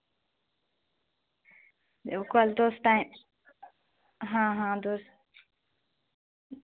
ओ कल तुस टाइम हां हां तुस